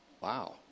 Wow